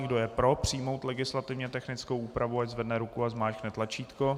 Kdo je pro, přijmout legislativně technickou úpravu, ať zvedne ruku a zmáčkne tlačítko.